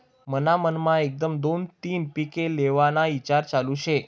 मन्हा मनमा एकदम दोन तीन पिके लेव्हाना ईचार चालू शे